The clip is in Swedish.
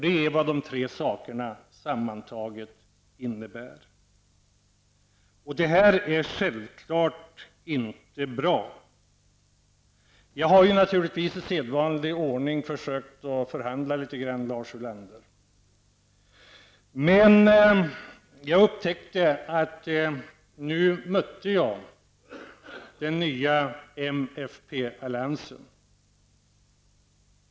Det är vad de tre sakerna sammantaget innebär. Självklart är det här inte bra. Jag har naturligtvis, i sedvanlig ordning, försökt att förhandla litet grand, Lars Ulander. Jag upptäckte emellertid att jag mötte den nya m-fp-alliansen.